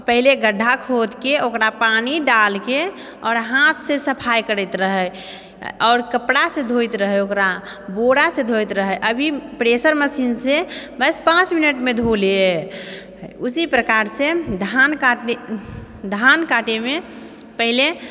पहिले गड्ढा खोदके ओकरा पानि डालके आओर हाथ सँ सफाइ करैत रहै आओर कपड़ासँ धौवैत रहै ओकरा बोरासँ धोवैत रहै अभी प्रेसरसँ बस पाँच मिनटमे धो लै हय इसी प्रकारसँ धान काटेमे पहिले